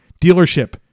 dealership